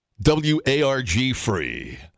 W-A-R-G-free